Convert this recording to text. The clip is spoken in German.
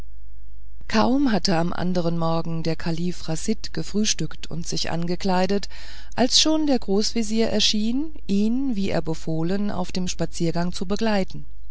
kaum hatte am andern morgen der kalif chasid gefrühstückt und sich angekleidet als schon der großvezier erschien ihn wie er befohlen auf dem spaziergang zu begleiten